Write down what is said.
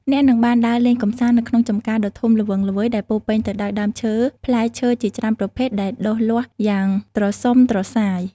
អ្នកនឹងបានដើរលេងកម្សាន្តនៅក្នុងចម្ការដ៏ធំល្វឹងល្វើយដែលពោរពេញទៅដោយដើមឈើផ្លែឈើជាច្រើនប្រភេទដែលដុះលាស់យ៉ាងត្រសុំត្រសាយ។